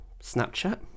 snapchat